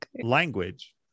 language